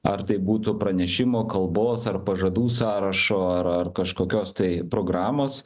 ar tai būtų pranešimo kalbos ar pažadų sąrašo ar ar kažkokios tai programos